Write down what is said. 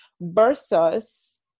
versus